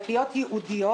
איפה יהיו הקלפיות הייעודיות?